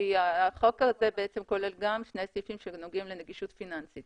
כי החוק הזה כולל שני סעיפים שנוגעים לנגישות פיננסית